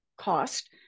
cost